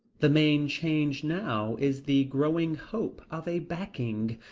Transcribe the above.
the main change now is the growing hope of a backing,